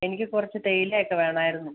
എനിക്ക് കുറച്ച് തേയില ഒക്കെ വേണമായിരുന്നു